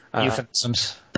Euphemisms